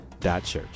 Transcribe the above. Church